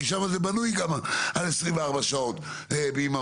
כי שם זה בנוי על 24 שעות ביממה,